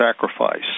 sacrifice